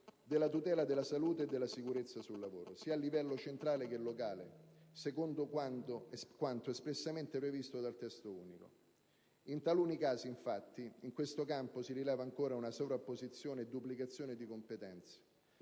della tutela della salute e della sicurezza sul lavoro, sia a livello centrale che locale, secondo quanto espressamente previsto dal Testo unico. In taluni casi, infatti, in questo campo si rileva ancora una sovrapposizione e duplicazione di competenze,